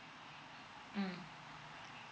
mm